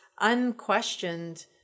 unquestioned